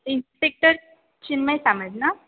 inspector Chinmay Samant